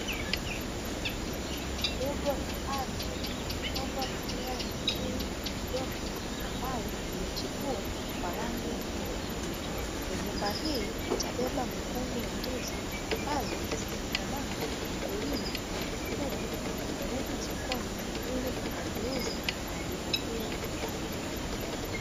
Eneo dogo la ardhi lililopandwa mimea jamii ya migomba ambayo imechipua kwa rangi ya kijani kibichi. Migomba hii itabeba mikungu ya ndizi ambazo zikikomaa mkulima atachukua na kupeleka sokoni ili akaziuze na ajipatie kipato.